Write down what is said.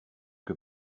que